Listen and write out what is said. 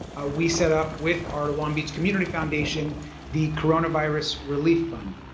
ah we set up with our long beach community foundation the coronavirus relief fund.